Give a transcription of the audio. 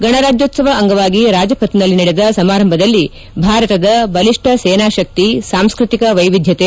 ಗಣರಾಜ್ಕೋತ್ಸವ ಅಂಗವಾಗಿ ರಾಜಪಥ್ನಲ್ಲಿ ನಡೆದ ಸಮಾರಂಭದಲ್ಲಿ ಭಾರತದ ಬಲಿಷ್ಠ ಸೇನಾಶಕ್ತಿ ಸಾಂಸ್ಕತಿಕ ವೈವಿದ್ಯತೆ